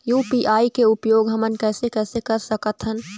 UPI के उपयोग हमन कैसे कैसे कर सकत हन?